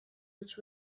which